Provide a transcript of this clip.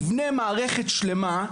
יבנה מערכת שלמה,